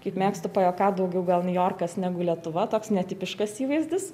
kaip mėgstu pajuokaut daugiau gal niujorkas negu lietuva toks netipiškas įvaizdis